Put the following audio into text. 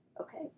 Okay